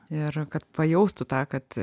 ir kad pajaustų tą kad